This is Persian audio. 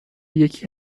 یکی